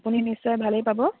আপুনি নিশ্চয় ভালেই পাব